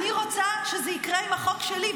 חתימה על --- אני רוצה שזה יקרה עם החוק שלי,